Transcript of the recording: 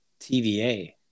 TVA